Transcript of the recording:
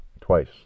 twice